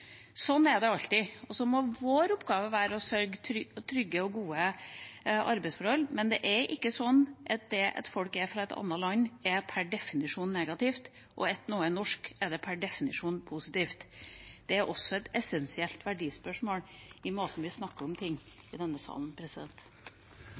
det alltid. Så må vår oppgave være å sørge for trygge og gode arbeidsforhold. Men det er ikke sånn at det at folk er fra et annet land per definisjon er negativt, og at når noe er norsk, er det per definisjon positivt. Det er også et essensielt verdispørsmål i måten vi snakker om ting